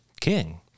king